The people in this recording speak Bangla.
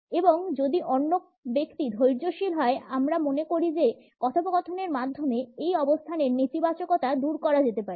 এবং যদি অন্য ব্যক্তি ধৈর্যশীল হয় আমরা মনে করি যে কথোপকথনের মাধ্যমে এই অবস্থানের নেতিবাচকতা দূর করা যেতে পারে